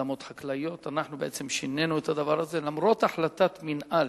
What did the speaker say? עקב החלטות מינהל